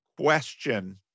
question